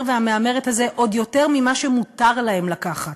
והמהמרת הזה עוד יותר ממה שמותר להם לקחת.